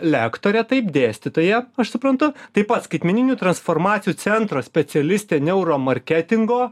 lektorė taip dėstytoja aš suprantu taip pat skaitmeninių transformacijų centro specialistė neuro marketingo